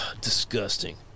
Disgusting